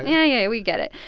yeah, yeah, we get it.